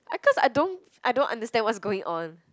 I cause I don't I don't understand what's going on